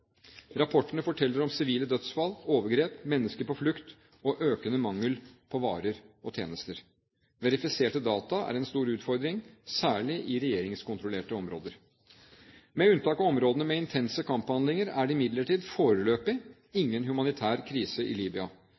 Rapportene forteller om sivile dødsfall, overgrep, mennesker på flukt og økende mangel på varer og tjenester. Verifiserte data er en stor utfordring, særlig i regjeringskontrollerte områder. Med unntak av områdene med intense kamphandlinger er det imidlertid foreløpig ingen humanitær krise i